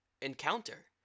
encounter